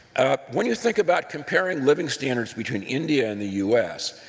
when you think about comparing living standards between india and the u s,